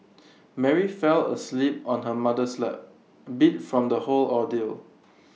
Mary fell asleep on her mother's lap beat from the whole ordeal